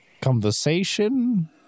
conversation